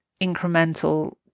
incremental